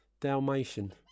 Dalmatian